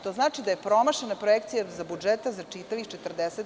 To znači da je promašena projekcija budžeta za čitavih 40%